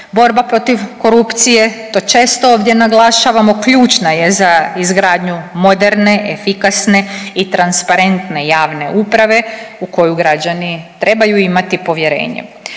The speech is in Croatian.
Borba protiv korupcije to često ovdje naglašavamo ključna je za izgradnju moderne, efikasne i transparentne javne uprave u koju građani trebaju imati povjerenje.